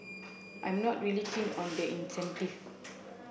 I'm not really keen on the incentive